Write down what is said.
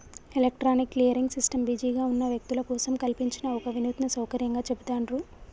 electronic clearing system బిజీగా ఉన్న వ్యక్తుల కోసం కల్పించిన ఒక వినూత్న సౌకర్యంగా చెబుతాండ్రు